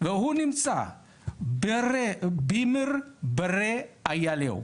והוא נמצא בימר ברה איילהו,